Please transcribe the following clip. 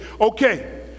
Okay